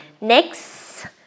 Next